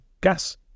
gas